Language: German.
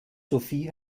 sophie